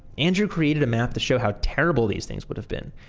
andrew created a map to show how terrible these things would have been.